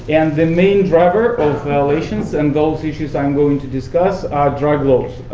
and the main driver of violations and those issues i'm going to discuss are drug laws.